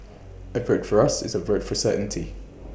A vote for us is A vote for certainty